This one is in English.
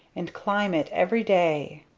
and climb it every day!